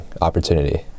opportunity